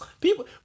People